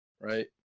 right